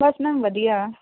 ਬਸ ma'am ਵਧੀਆ